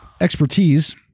expertise